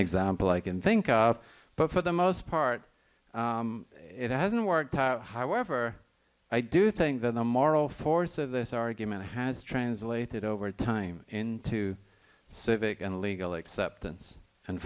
example i can think of but for the most part it hasn't worked however i do think that the moral force of this argument has translated over time into civic and legal acceptance and